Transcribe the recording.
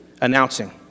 announcing